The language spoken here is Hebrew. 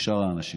לשאר האנשים.